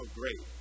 great